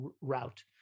route